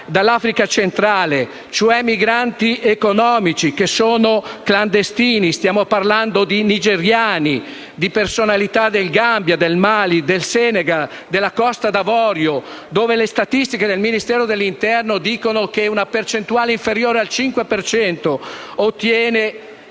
dall'Africa centrale, cioè migranti economici, che sono clandestini. Stiamo parlando di nigeriani, di personalità del Gambia, del Mali, del Senegal, della Costa d'Avorio, dove le statistiche del Ministero dell'interno dicono che una percentuale inferiore al 5 per